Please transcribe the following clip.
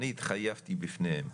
אני התחייבתי בפניהם,